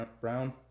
Brown